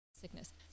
sickness